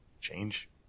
Change